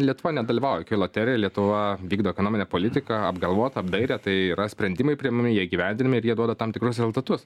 lietuva nedalyvauja loterijoj lietuva vykdo ekonominę politiką apgalvotą apdairią tai yra sprendimai priimami jie įgyvendinami ir jie duoda tam tikrus rezultatus